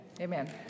Amen